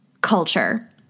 culture